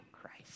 Christ